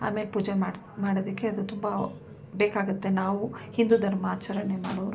ಆಮೇಲೆ ಪೂಜೆ ಮಾಡಿ ಮಾಡೋದಕ್ಕೆ ಅದು ತುಂಬ ಬೇಕಾಗುತ್ತೆ ನಾವು ಹಿಂದೂ ಧರ್ಮ ಆಚರಣೆ ಮಾಡೋವ್ರು